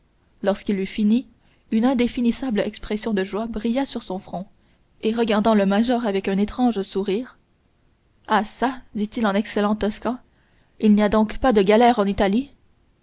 lorsqu'il eut fini une indéfinissable expression de joie brilla sur son front et regardant le major avec un étrange sourire ah çà dit-il en excellent toscan il n'y a donc pas de galère en italie